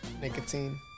Nicotine